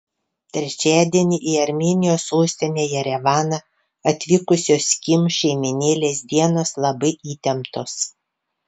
trečiadienį į armėnijos sostinę jerevaną atvykusios kim šeimynėlės dienos labai įtemptos